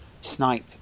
snipe